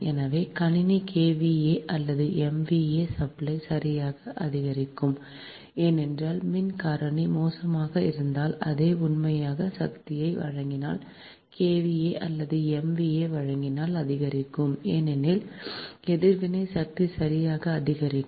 எனவே கணினி KVA அல்லது MVA சப்ளை சரியாக அதிகரிக்கும் ஏனென்றால் மின் காரணி மோசமாக இருந்தால் அதே உண்மையான சக்தியை வழங்கினால் KVA அல்லது MVA வழங்கல் அதிகரிக்கும் ஏனெனில் எதிர்வினை சக்தி சரியாக அதிகரிக்கும்